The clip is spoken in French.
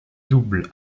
double